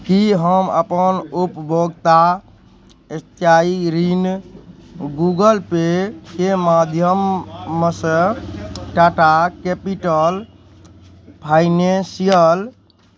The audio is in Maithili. की हम अपन उपभोक्ता स्थायी ऋण गूगल पेके माध्यमसँ टाटा कैपिटल फाइनेंशियल